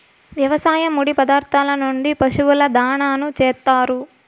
వ్యవసాయ ముడి పదార్థాల నుంచి పశువుల దాణాను చేత్తారు